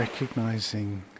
Recognizing